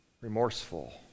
remorseful